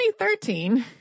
2013